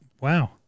Wow